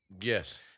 Yes